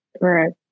Right